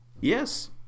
Yes